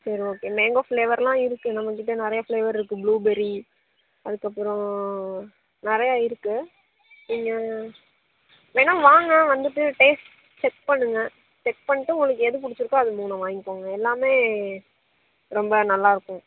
சரி okay mango ஃப்ளேவரெல்லாம் இருக்குது நம்மகிட்டே நிறைய ஃப்ளேவர் இருக்குது புளூபெர்ரி அதுக்கப்புறம் நிறைய இருக்குது நீங்கள் வேணால் வாங்க வந்துவிட்டு டேஸ்ட்டு செக் பண்ணுங்க செக் பண்ணிட்டு உங்களுக்கு எது பிடிச்சிருக்கோ அது மூண வாங்கிக்கோங்க எல்லாமே ரொம்ப நல்லாருக்கும்